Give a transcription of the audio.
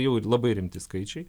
jau ir labai rimti skaičiai